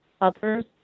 others